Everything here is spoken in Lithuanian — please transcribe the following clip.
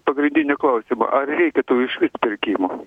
pagrindinio klausimo ar reiktų tų išvis pirkimų